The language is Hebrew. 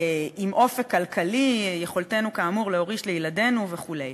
עם אופק כלכלי, יכולתנו להוריש לילדינו וכו'.